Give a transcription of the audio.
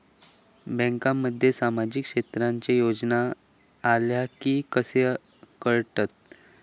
बँकांमध्ये सामाजिक क्षेत्रांच्या योजना आल्या की कसे कळतत?